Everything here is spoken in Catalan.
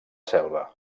selva